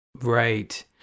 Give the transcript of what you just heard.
Right